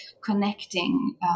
connecting